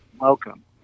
welcome